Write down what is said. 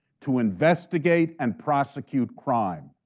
to investigate and prosecute crime,